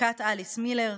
בפסיקת אליס מילר,